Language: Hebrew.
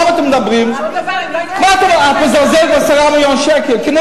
כמעט 10 מיליון מתוך ה-30 שצריך, זה